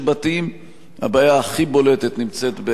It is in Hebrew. הבעיה הכי בולטת נמצאת בעוספיא ובדאליה,